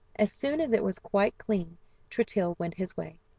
as soon as it was quite clean tritill went his way.